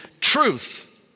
truth